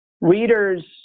Readers